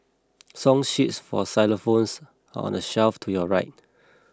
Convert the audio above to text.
song sheets for xylophones are on the shelf to your right